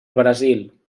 brasil